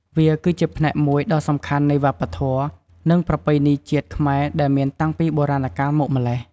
វាគឺជាផ្នែកមួយដ៏ សំខាន់នៃវប្បធម៌ និងប្រពៃណីជាតិខ្មែរដែលមានតាំងពីបុរាណកាលមកម៉្លេះ។